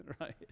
Right